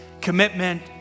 commitment